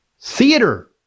theater